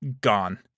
gone